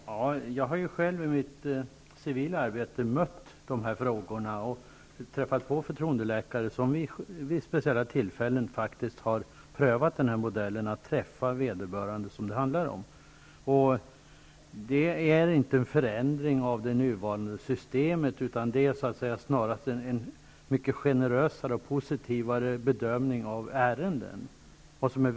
Fru talman! Jag har själv i mitt arbete mött de här frågorna och kommit i kontakt med förtroendeläkare som vid speciella tillfällen faktiskt har prövat modellen att träffa den som det handlar om. Det är inte fråga om en förändring av det nuvarande systemet, utan det väsentliga är snarast en mycket generösare och positivare bedömning av ärendena.